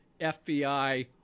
FBI